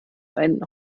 ein